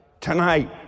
tonight